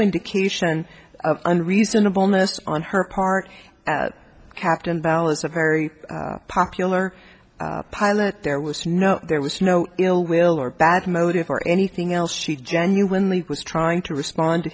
indication of an reasonableness on her part as captain valis a very popular pilot there was no there was no ill will or bad motive or anything else she genuinely was trying to respond to